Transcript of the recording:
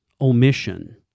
omission